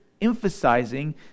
emphasizing